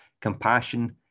Compassion